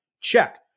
check